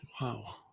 wow